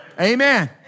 Amen